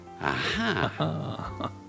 Aha